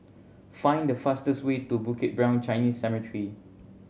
find the fastest way to Bukit Brown Chinese Cemetery